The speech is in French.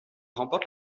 remporte